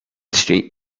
street